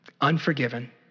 unforgiven